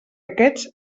aquests